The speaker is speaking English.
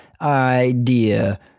idea